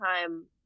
time